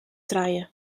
trije